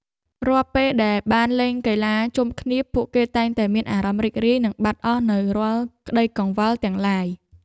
រាល់ពេលដែលបានលេងកីឡាជុំគ្នាពួកគេតែងតែមានអារម្មណ៍រីករាយនិងបាត់អស់នូវរាល់ក្ដីកង្វល់ទាំងឡាយ។